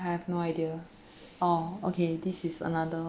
I have no idea oh okay this is another